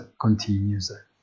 continues